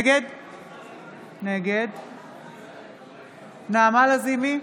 נגד נעמה לזימי,